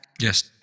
Yes